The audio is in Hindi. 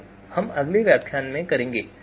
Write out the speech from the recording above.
तो हम अगले व्याख्यान में करेंगे